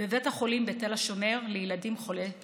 בבית החולים בתל השומר לילדים חולי סרטן.